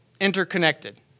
interconnected